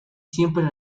siempre